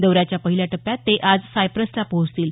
दौऱ्याच्या पहिल्या टप्प्यात ते आज सायप्रसला पोहोचतील